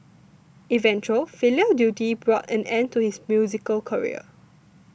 eventual filial duty brought an end to his musical career